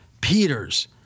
Peters